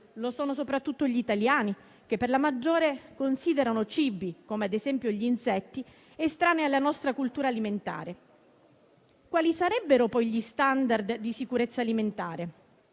lo sono soprattutto gli italiani che, per la maggior parte, considerano cibi come ad esempio gli insetti estranei alla nostra cultura alimentare. Quali sarebbero, poi, gli *standard* di sicurezza alimentare?